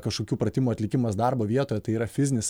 kažkokių pratimų atlikimas darbo vietoje tai yra fizinis